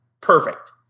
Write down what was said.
perfect